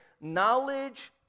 Knowledge